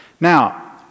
Now